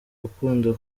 gukunda